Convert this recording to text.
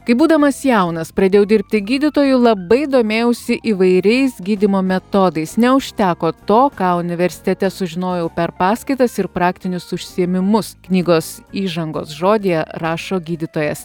kai būdamas jaunas pradėjau dirbti gydytoju labai domėjausi įvairiais gydymo metodais neužteko to ką universitete sužinojau per paskaitas ir praktinius užsiėmimus knygos įžangos žodyje rašo gydytojas